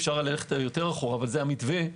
זה המתווה.